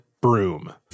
broom